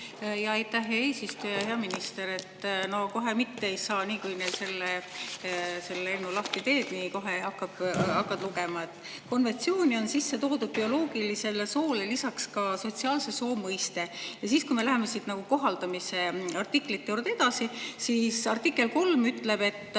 Aitäh, hea eesistuja! Hea minister! No kohe mitte ei saa. Nii kui selle eelnõu lahti teed, kohe hakkad lugema, et konventsiooni on sisse toodud bioloogilisele soole lisaks ka sotsiaalse soo mõiste. Ja kui me läheme siit kohaldamise artiklite juurde edasi, siis artikkel 3 ütleb, et